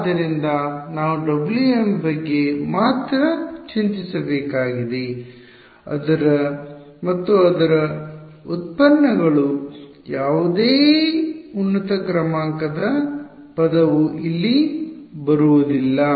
ಆದ್ದರಿಂದ ನಾನು Wm ಬಗ್ಗೆ ಮಾತ್ರ ಚಿಂತಿಸಬೇಕಾಗಿದೆ ಮತ್ತು ಅದರ ಉತ್ಪನ್ನಗಳು ಯಾವುದೇ ಉನ್ನತ ಕ್ರಮಾಂಕದ ಪದವು ಇಲ್ಲಿ ಬರುವದಿಲ್ಲ